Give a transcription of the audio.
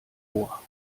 vor